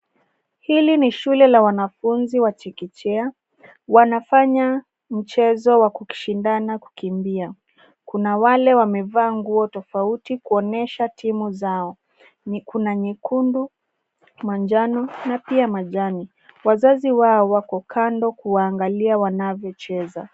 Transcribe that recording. Hili ni shule ya wanafunzi wa chekechea. Wanafanya mchezo wa kushindana kukimbia. Kuna wale wamevaa nguo tofauti kuonyesha timu zao. Kuna nyekundu, manjano na pia majani. Wazazi wao wako kando kuangalia wanavyocheza.